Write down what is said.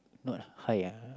not high ah